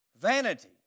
vanity